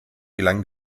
gelang